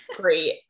great